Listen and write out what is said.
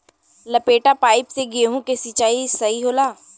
लपेटा पाइप से गेहूँ के सिचाई सही होला?